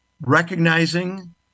recognizing